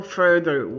further